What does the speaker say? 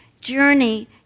journey